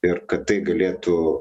ir kad tai galėtų